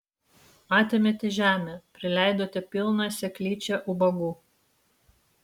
atėmėte žemę prileidote pilną seklyčią ubagų